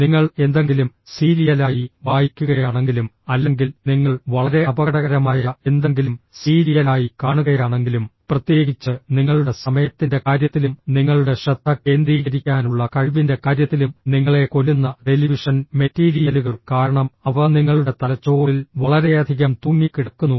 നിങ്ങൾ എന്തെങ്കിലും സീരിയലായി വായിക്കുകയാണെങ്കിലും അല്ലെങ്കിൽ നിങ്ങൾ വളരെ അപകടകരമായ എന്തെങ്കിലും സീരിയലായി കാണുകയാണെങ്കിലും പ്രത്യേകിച്ച് നിങ്ങളുടെ സമയത്തിന്റെ കാര്യത്തിലും നിങ്ങളുടെ ശ്രദ്ധ കേന്ദ്രീകരിക്കാനുള്ള കഴിവിന്റെ കാര്യത്തിലും നിങ്ങളെ കൊല്ലുന്ന ടെലിവിഷൻ മെറ്റീരിയലുകൾ കാരണം അവ നിങ്ങളുടെ തലച്ചോറിൽ വളരെയധികം തൂങ്ങിക്കിടക്കുന്നു